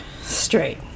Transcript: straight